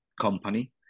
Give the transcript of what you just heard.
company